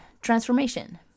transformation